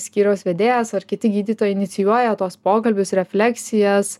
skyriaus vedėjas ar kiti gydytojai inicijuoja tuos pokalbius refleksijas